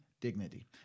dignity